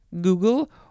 Google